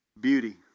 beauty